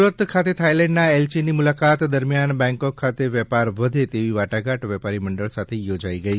સુરત ખાતે થાઇલેન્ડના એલચીની મુલાકાત દરમિયાન બેંગ્કોક સાથે વેપાર વધે તેવી વાટાઘાટ વેપારી મંડળ સાથે યોજાઈ ગઈ